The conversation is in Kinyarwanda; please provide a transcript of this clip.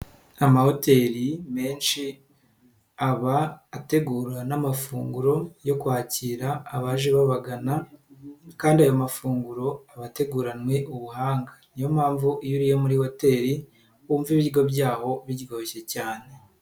Amahoteli menshi aba ategura n'amafunguro yo kwakira abaje babagana kandi ayo mafunguro aba ateguranywe ubuhanga. Niyo mpamvu iyo uriye muri hoteli wumva ibiryo byaho biryoshye cyane.